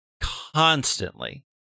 constantly